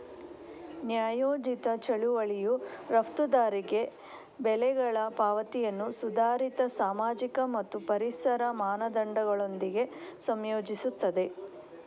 ನ್ಯಾಯೋಚಿತ ಚಳುವಳಿಯು ರಫ್ತುದಾರರಿಗೆ ಬೆಲೆಗಳ ಪಾವತಿಯನ್ನು ಸುಧಾರಿತ ಸಾಮಾಜಿಕ ಮತ್ತು ಪರಿಸರ ಮಾನದಂಡಗಳೊಂದಿಗೆ ಸಂಯೋಜಿಸುತ್ತದೆ